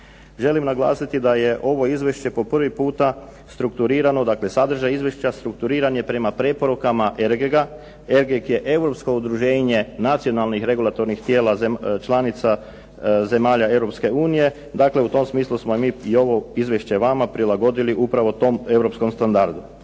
Želim naglasiti da je ovo izvješće po prvi puta strukturirano, dakle sadržaj izvješća strukturiran je prema preporuka ERGEGA, ERGEG je europsko udruženje nacionalnih regulatornih tijela članica zemalja Europske unije. Dakle, u tom smislu smo mi i ovo izvješće vama prilagodili upravo tom europskom standardu.